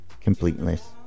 completeness